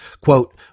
Quote